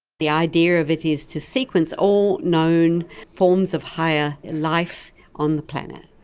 the idea of it is to sequence all known forms of higher life on the planet.